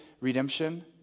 redemption